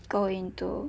go into